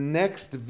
next